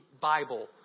Bible